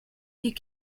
die